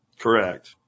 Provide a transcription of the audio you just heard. Correct